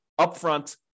upfront